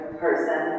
person